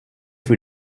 für